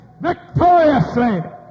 victoriously